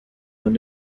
von